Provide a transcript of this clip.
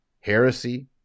heresy